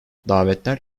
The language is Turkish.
davetler